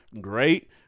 great